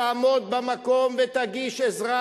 תעמוד במקום ותגיש עזרה.